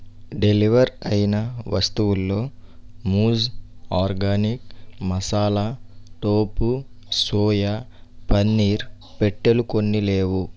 deliver అయిన వస్తువుల్లో మూజ్ organic masala tofu soya paneer పెట్టెలు కొన్ని లేవు